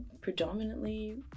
predominantly